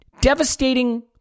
devastating